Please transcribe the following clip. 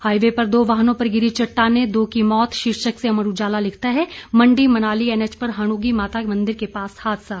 highway पर दो वाहनों पर गिरीं चट्टानें दो की मौत शीर्षक से अमर उजाला लिखता है मंडी मनाली एनएच पर हणोगी माता मंदिर के पास हादसा